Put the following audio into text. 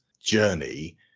journey